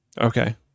Okay